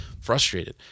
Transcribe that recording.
frustrated